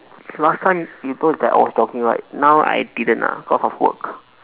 last time remember that I was jogging right now I didn't lah cause of work